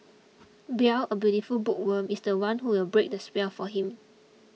Belle a beautiful bookworm is the one who will break the spell for him